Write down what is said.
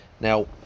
Now